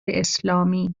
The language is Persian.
اسلامی